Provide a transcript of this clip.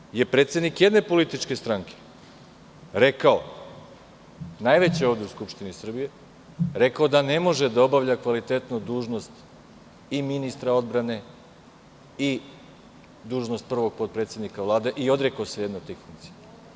Po prvi put je predsednik jedne političke stranke, najveće ovde u Skupštini Srbije, rekao da ne može da obavlja kvalitetno dužnost i ministra odbrane i dužnost prvog potpredsednika Vlade i odrekao se jedne od tih funkcija.